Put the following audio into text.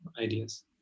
ideas